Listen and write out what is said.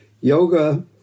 Yoga